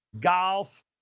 Golf